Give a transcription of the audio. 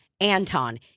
Anton